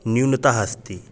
न्यूनताः अस्ति